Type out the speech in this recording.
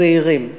צעירים.